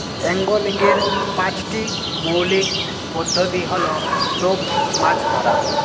অ্যাঙ্গলিংয়ের পাঁচটি মৌলিক পদ্ধতি হল টোপ মাছ ধরা